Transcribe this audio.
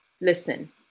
listen